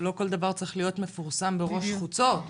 לא כל דבר צריך להיות מפורסם בראש חוצות.